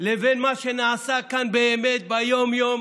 לבין מה שנעשה כאן באמת ביום-יום,